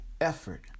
effort